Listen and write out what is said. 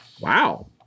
Wow